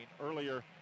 Earlier